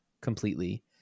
completely